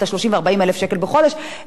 אלא עובדים פשוטים.